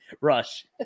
Rush